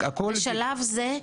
בשלב זה,